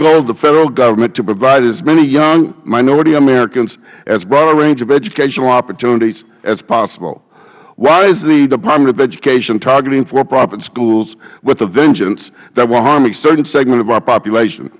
of the federal government to provide as many young minority americans as broad a range of educational opportunities as possible why is the department of education targeting for profit schools with a vengeance that will harm a certain segment of our population